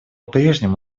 прежнему